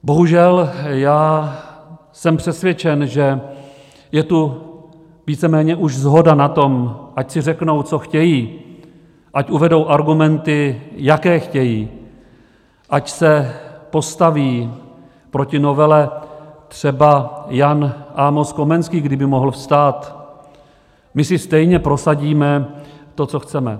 Bohužel jsem přesvědčen, že je tu víceméně už shoda na tom, ať si řeknou, co chtějí, ať uvedou argumenty, jaké chtějí, ať se postaví proti novele třeba Jan Amos Komenský, kdyby mohl vstát, my si stejně prosadíme, co chceme.